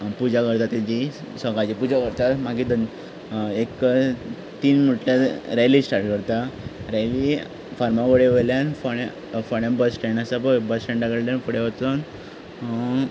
पुजा करता तेची सकाळची पुजा करता मागीर एक तीन म्हणल्यार रॅली स्टार्ट करता रॅली फार्मागुड्येवयल्यान फोंड्या फोंड्या बसस्टँड आसा पय बसस्टँडाकडल्यान फुडें वचोन